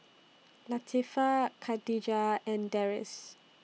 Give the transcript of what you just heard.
Latifa Khadija and Deris